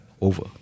over